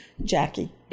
jackie